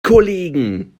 kollegen